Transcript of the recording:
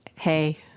Hey